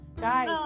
Guys